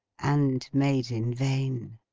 and made in vain!